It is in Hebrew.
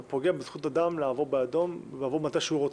אתה פוגע בזכות אדם לעבור מתי שהוא רוצה.